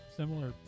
similar